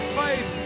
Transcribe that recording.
faith